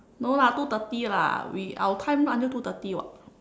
no lah two thirty lah we our time write until two thirty [what]